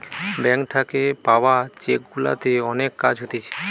bank থাকে পাওয়া cheque গুলাতে অনেক কাজ হতিছে